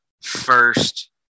first